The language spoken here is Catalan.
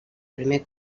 primer